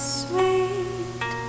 sweet